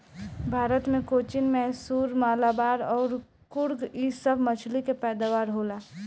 भारत मे कोचीन, मैसूर, मलाबार अउर कुर्ग इ सभ मछली के पैदावार होला